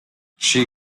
she